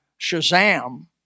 shazam